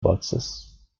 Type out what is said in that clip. boxes